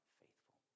faithful